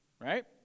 right